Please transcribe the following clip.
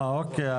אה, אוקיי.